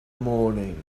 morning